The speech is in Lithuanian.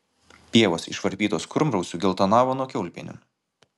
pievos išvarpytos kurmrausių geltonavo nuo kiaulpienių